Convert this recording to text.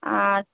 আর